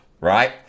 right